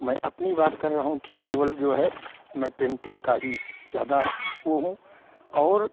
मैं अपनी बात कर रहा हूँ कि केवल जो है मैं पेन्टिन्ग का ही ज़्यादा वह हूँ और